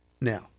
Now